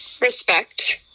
respect